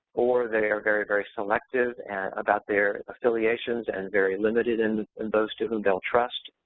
or they are very, very selective about their affiliations and very limited in and those to whom they'll trust,